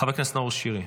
חבר הכנסת נאור שירי,